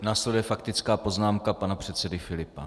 Následuje faktická poznámka pana předsedy Filipa.